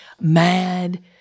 mad